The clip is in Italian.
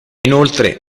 inoltre